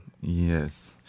Yes